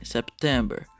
September